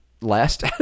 last